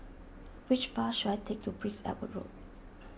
which bus should I take to Prince Edward Road